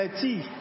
tea